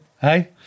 Hey